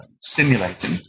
stimulating